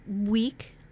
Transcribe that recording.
week